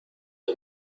the